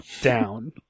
down